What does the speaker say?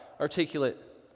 articulate